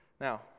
Now